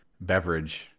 beverage